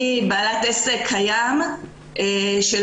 אני בעלת עסק קיים שלצערי